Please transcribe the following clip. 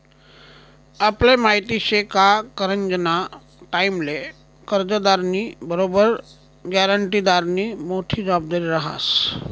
आपले माहिती शे का करजंना टाईमले कर्जदारनी बरोबर ग्यारंटीदारनी मोठी जबाबदारी रहास